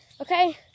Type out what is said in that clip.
Okay